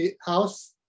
house